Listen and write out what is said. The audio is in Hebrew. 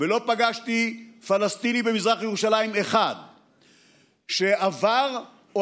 ולא פגשתי פלסטיני אחד במזרח ירושלים שעבר או